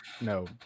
No